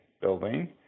building